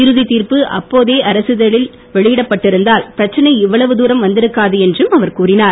இறுதி தீர்ப்பு அப்போதே அரசிதழில் வெளியிடப்பட்டிருந்தால் பிரச்சனை இவ்வளவு துரதம் வந்திருக்காது என்றும் அவர் கூறினார்